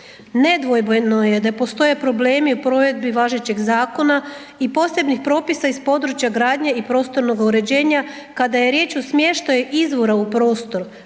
Nedvojbeno je da postoje problemi u provedbi važećeg zakona i posebnih propisa iz područja gradnje i prostornoga uređenja, kada je riječ o smještaju izvora u prostor,